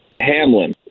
Hamlin